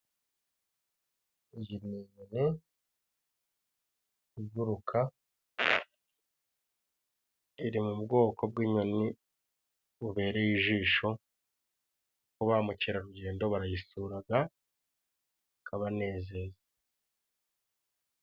Iyi ni inyoni iguruka, iri mu ubwoko bw'inyoni bubereye ijisho, kuko ba mukerarugendo barayisuraga ikabanezeza.